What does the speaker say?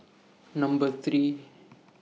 Number three